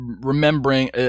remembering